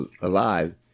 alive